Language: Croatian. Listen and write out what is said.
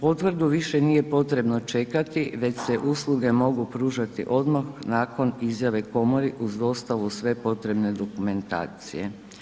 Potvrdu više nije potrebno čekati već se usluge mogu pružati odmah nakon izjave komoru uz dostavu sve potrebne dokumentacije.